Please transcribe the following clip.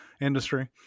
industry